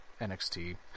NXT